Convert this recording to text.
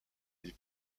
les